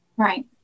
Right